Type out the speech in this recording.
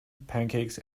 pancakes